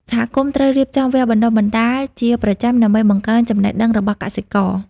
សហគមន៍ត្រូវរៀបចំវគ្គបណ្ដុះបណ្ដាលជាប្រចាំដើម្បីបង្កើនចំណេះដឹងរបស់កសិករ។